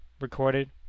Recorded